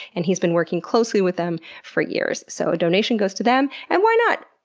and he's been working closely with them for years. so a donation goes to them. and why not?